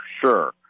sure